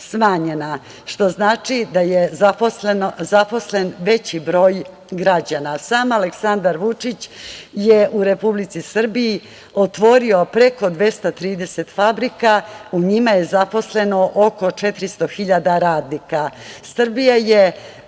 što znači da je zaposlen veći broj građana. Sam Aleksandar Vučić je u Srbiji otvorio preko 230 fabrika, u njima je zaposleno oko 400 hiljada radnika.